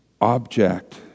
object